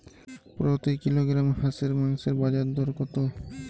প্রতি কিলোগ্রাম হাঁসের মাংসের বাজার দর কত?